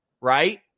right